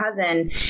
cousin